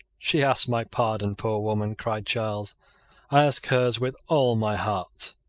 she ask my pardon, poor woman! cried charles i ask hers with all my heart.